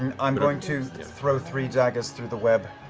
and i'm going to throw three daggers through the web.